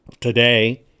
today